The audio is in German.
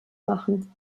machen